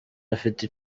afite